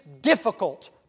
difficult